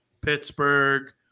Pittsburgh